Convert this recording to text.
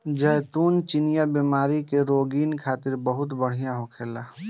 जैतून चिनिया बीमारी के रोगीन खातिर बहुते बढ़िया होखेला